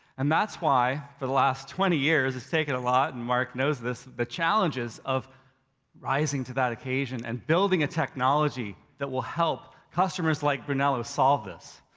and that's why for the last twenty years, it's taken a lot and mark knows this, the challenges of rising to that occasion and building a technology that will help customers like brunello solve this.